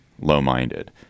low-minded